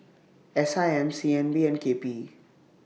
S I M C N B and K P E